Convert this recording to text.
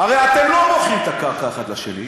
הרי אתם לא מוכרים את הקרקע אחד לשני.